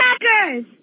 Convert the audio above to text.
Packers